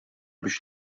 biex